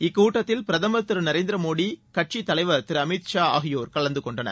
இக்கூட்டத்தில் பிரதமர் திரு நரேந்திர மோடி கட்சித் தலைவர் திரு அமித் ஷா ஆகியோர் கலந்து கொண்டனர்